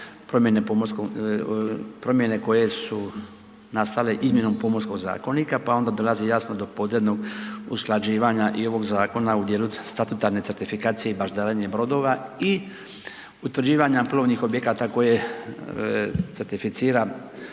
promjene koje su nastale izmjene Pomorskog zakonika pa onda dolazi, jasno do podrednog usklađivanja i ovog Zakona u dijelu statutarne certifikacije i baždarenje brodova i utvrđivanja plovnih objekata koje certificira